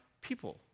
people